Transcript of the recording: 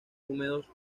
húmedos